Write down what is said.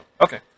okay